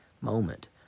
moment